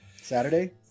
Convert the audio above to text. Saturday